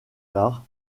tard